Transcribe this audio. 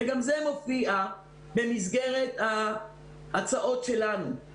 גם זה מופיע במסגרת ההצעות שלנו.